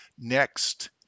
next